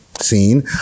seen